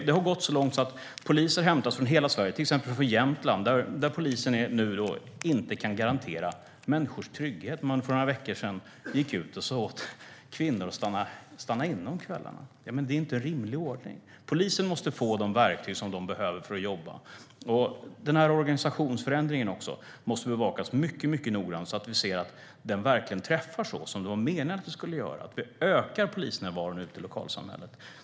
Det har gått så långt att poliser hämtas från hela Sverige, till exempel från Jämtland, där polisen nu inte kan garantera människors trygghet och för några veckor sedan sa till kvinnor att stanna inne på kvällarna. Det är inte en rimlig ordning! Polisen måste få de verktyg som de behöver för att jobba. Den här organisationsförändringen måste bevakas mycket noggrant, så att vi ser att den verkligen träffar så som det var meningen, att den ökar polisnärvaron ute i lokalsamhället.